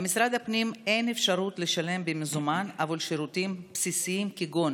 במשרד הפנים אין אפשרות לשלם במזומן עבור שירותים בסיסיים כגון